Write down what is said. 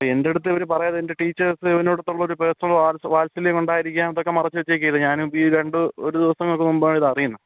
എൻ്റെ അടുത്ത് ഇവർ പറയാതെ ഇവൻ്റെ ടീച്ചേർസ് ഇവൻ്റെ അടുത്തുള്ള ഒരു പേർസണൽ വാത്സല്യം കൊണ്ടായിരിക്കാം ഇതൊക്കെ മറച്ചു വച്ചേയ്ക്കുന്നത് ഞാനും ഇപ്പോൾ ഈ രണ്ട് ഒരുദിവസങ്ങൾക്ക് മുൻപാണ് ഇത് അറിയുന്നത്